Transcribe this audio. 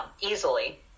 easily